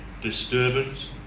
disturbance